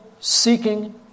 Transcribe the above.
seeking